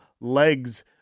legs